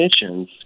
emissions